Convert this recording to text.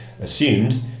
assumed